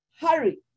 hurry